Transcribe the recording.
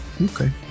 Okay